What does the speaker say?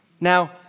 Now